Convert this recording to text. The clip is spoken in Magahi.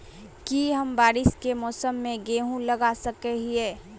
की हम बारिश के मौसम में गेंहू लगा सके हिए?